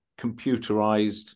computerized